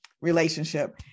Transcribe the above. relationship